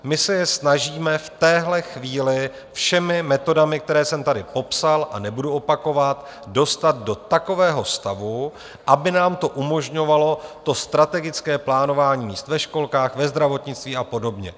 My se je snažíme v téhle chvíli všemi metodami, které jsem tady popsal a nebudu opakovat, dostat do takového stavu, aby nám to umožňovalo to strategické plánování ve školkách, ve zdravotnictví a podobně.